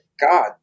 God